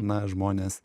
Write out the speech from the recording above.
na žmonės